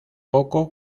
poco